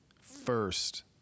first